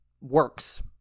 works